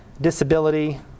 disability